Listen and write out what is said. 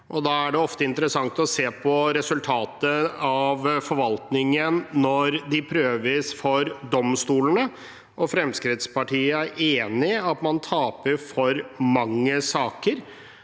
Det er ofte interessant å se på resultatet av forvaltningen når de prøves for domstolene. Fremskrittspartiet er enig i at man taper for mange saker,